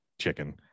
chicken